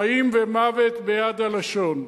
חיים ומוות ביד הלשון.